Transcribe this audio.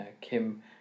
Kim